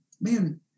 man